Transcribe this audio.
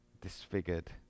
disfigured